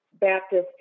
Baptist